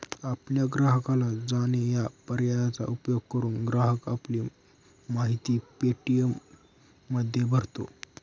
आपल्या ग्राहकाला जाणे या पर्यायाचा उपयोग करून, ग्राहक आपली माहिती पे.टी.एममध्ये भरतो